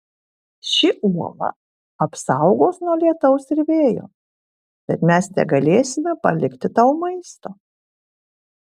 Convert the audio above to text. ši uola apsaugos nuo lietaus ir vėjo bet mes negalėsime palikti tau maisto